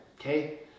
okay